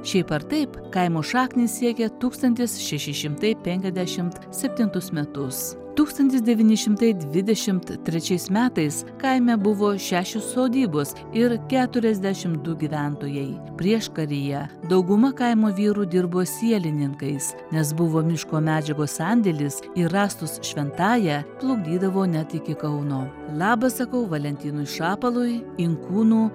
šiaip ar taip kaimo šaknys siekia tūkstantis šeši šimtai penkiasdešimt septintus metus tūkstantis devyni šimtai dvidešimt trečiais metais kaime buvo šešios sodybos ir keturiasdešim du gyventojai prieškaryje dauguma kaimo vyrų dirbo sielininkais nes buvo miško medžiagos sandėlis ir rąstus šventąja plukdydavo net iki kauno labas sakau valentinui šapalui inkūnų